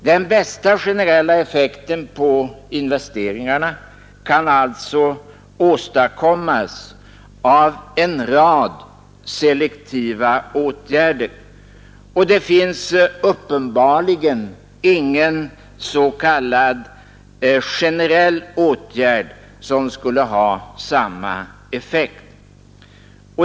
Den bästa generella effekten på investeringarna kan alltså åstadkommas av en rad selektiva åtgärder; det finns uppenbarligen ingen s.k. generell åtgärd som skulle ha samma effekt.